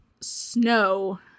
snow